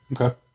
okay